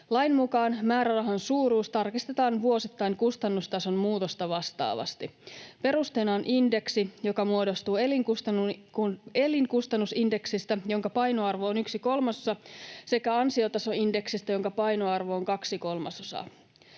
Lain mukaan määrärahan suuruus tarkistetaan vuosittain kustannustason muutosta vastaavasti. Perusteena on indeksi, joka muodostuu elinkustannusindeksistä, jonka painoarvo on yksi kolmasosa, sekä ansiotasoindeksistä, jonka painoarvo on